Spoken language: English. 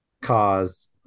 cause